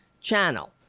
channel